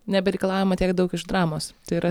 nebereikalaujama tiek daug iš dramos tai yra